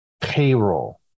payroll